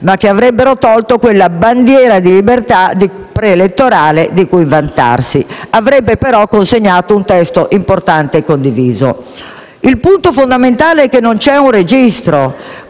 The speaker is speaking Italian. che avrebbero tolto quella bandiera di libertà pre-elettorale di cui vantarsi, mentre avrebbero consegnato un testo importante e condiviso. Il punto fondamentale è che non c'è un registro.